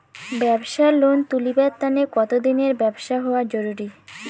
ব্যাবসার লোন তুলিবার তানে কতদিনের ব্যবসা হওয়া জরুরি?